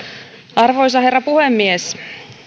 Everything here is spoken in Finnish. arvoisa herra puhemies